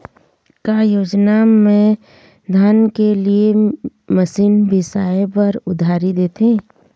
का योजना मे धान के लिए मशीन बिसाए बर उधारी देथे?